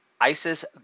ISIS